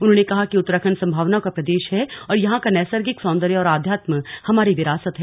उन्होंने कहा कि उत्तराखण्ड संभावनाओं का प्रदेश है और यहां का नैसंर्गिक सौन्दर्य और आध्यात्म हमारी विरासत है